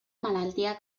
malaltia